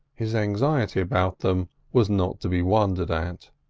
his anxiety about them was not to be wondered at.